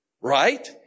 right